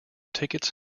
tickets